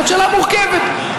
מה צריך ומה לא צריך זאת שאלה מורכבת.